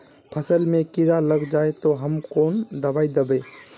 फसल में कीड़ा लग जाए ते, ते हम कौन दबाई दबे?